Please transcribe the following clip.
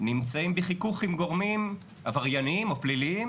נמצאים בחיכוך עם גורמים עבריניים או פליליים